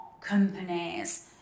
companies